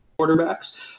quarterbacks